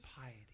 piety